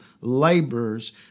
laborers